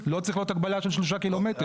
לא צריכה להיות הגבלה של שלושה ק"מ.